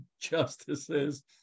justices